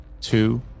Two